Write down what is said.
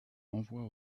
renvoie